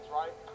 right